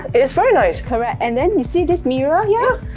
it is very nice correct. and then you see this mirror here?